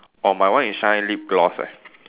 oh my one is shine lip gloss leh